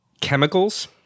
Chemicals